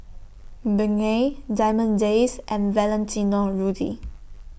Bengay Diamond Days and Valentino Rudy